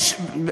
יש בנייה.